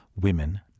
Women